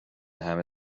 همه